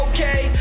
Okay